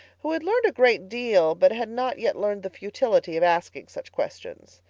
who had learned a great deal but had not yet learned the futility of asking such questions.